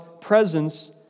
presence